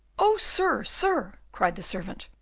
oh, sir! sir! cried the servant,